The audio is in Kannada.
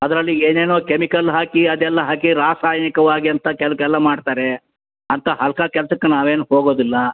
ಅದರಲ್ಲಿ ಏನೇನೋ ಕೆಮಿಕಲ್ ಹಾಕಿ ಅದೆಲ್ಲ ಹಾಕಿ ರಾಸಾಯನಿಕವಾಗಿ ಅಂತ ಎಲ್ಲ ಮಾಡ್ತಾರೆ ಅಂತಹ ಹಲ್ಕ ಕೆಲ್ಸಕ್ಕೆ ನಾವೇನು ಹೋಗೋದಿಲ್ಲ